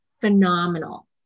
phenomenal